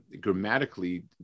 grammatically